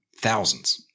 thousands